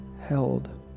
held